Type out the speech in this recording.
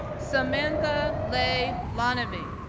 samantha lei lanevi,